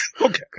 Okay